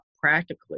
practically